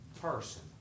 person